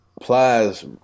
plies